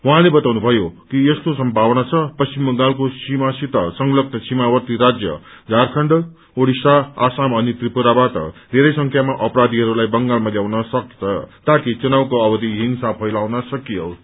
उहाँले बताउनुभयो कि यस्तो सम्भावना छ पश्चिम बंगालको सीमासित संलग्न सीमावर्ती राज्य झारखण्ड उडिस्सा आसाम अनि त्रिपुराबाट धेरै संख्यामा अपराधीहरूलाई बंगालमा ल्याउन सक्छ ताकि चुनावको अवधि हिंसा फैलाउन सकियोस्